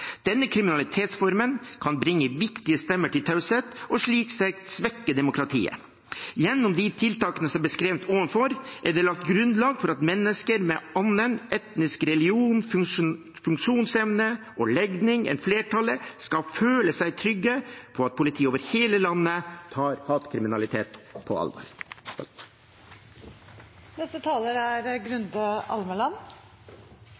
Denne kriminalitetsformen kan bringe viktige stemmer til taushet og slik sett svekke demokratiet. Gjennom de tiltakene som er beskrevet ovenfor, er det lagt grunnlag for at mennesker med annen etnisitet, religion, funksjonsevne eller legning enn flertallet skal føle seg trygge på at politiet over hele landet tar hatkriminalitet på alvor.